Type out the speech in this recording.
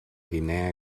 guinea